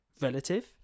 relative